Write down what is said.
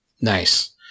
nice